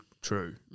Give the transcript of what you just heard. true